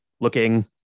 looking